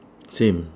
same